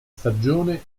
stagione